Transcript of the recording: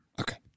okay